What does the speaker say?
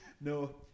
No